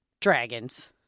Dragons